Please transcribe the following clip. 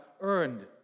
earned